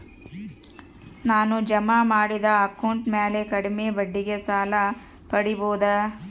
ನಾನು ಜಮಾ ಮಾಡಿದ ಅಕೌಂಟ್ ಮ್ಯಾಲೆ ಕಡಿಮೆ ಬಡ್ಡಿಗೆ ಸಾಲ ಪಡೇಬೋದಾ?